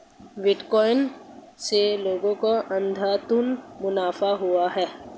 bitcoin से लोगों को अंधाधुन मुनाफा हुआ है